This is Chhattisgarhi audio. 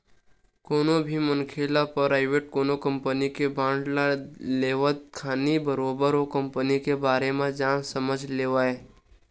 कोनो भी मनखे ल पराइवेट कोनो कंपनी के बांड ल लेवत खानी बरोबर ओ कंपनी के बारे म जान समझ लेवय